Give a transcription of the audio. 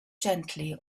gently